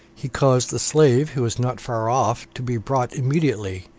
he caused the slave, who was not far off, to be brought immediately,